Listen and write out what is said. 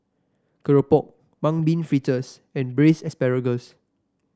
keropok Mung Bean Fritters and Braised Asparagus